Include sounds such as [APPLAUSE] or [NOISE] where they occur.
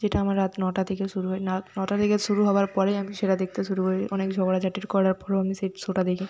যেটা আমার রাত নটা থেকে শুরু হয় [UNINTELLIGIBLE] নটা থেকে শুরু হওয়ার পরেই আমি সেটা দেখতে শুরু করি অনেক ঝগড়াঝাটি করার পরও আমি সেই শোটা দেখি